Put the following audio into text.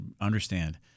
understand